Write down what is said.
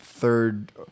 Third